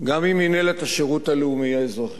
גם עם מינהלת השירות הלאומי האזרחי,